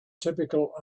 typical